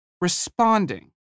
responding